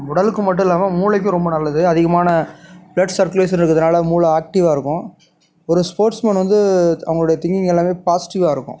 உடலுக்கும் மட்டும் இல்லாமல் மூளைக்கும் ரொம்ப நல்லது அதிகமான ப்ளட் சர்குலேஷன் இருக்கறதுனால் மூளை ஆக்டிவ்வாக இருக்கும் ஒரு ஸ்போர்ட்ஸ்மேன் வந்து அவங்களுடைய திங்கிங் எல்லாமே பாசிட்டிவ்வாக இருக்கும்